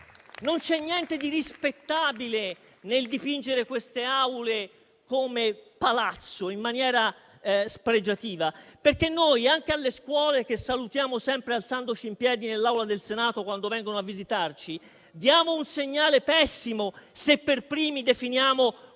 Non c'è niente di rispettabile nel dipingere queste Aule come palazzo, in maniera spregiativa. Noi, anche alle scuole che salutiamo sempre alzandoci in piedi nell'Aula del Senato quando vengono a visitarci, diamo un segnale pessimo se per primi definiamo